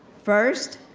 first,